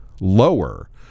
lower